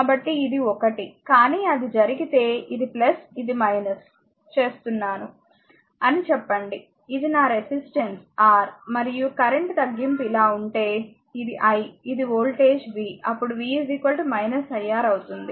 కాబట్టి ఇది ఒకటి కానీ అది జరిగితేఇది ఇది చేస్తున్నాను అని చెప్పండి ఇది నా రెసిస్టెన్స్ R మరియు కరెంట్ తగ్గింపు ఇలా ఉంటే ఇది i ఇది వోల్టేజ్ v అప్పుడు v iR అవుతుంది